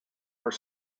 were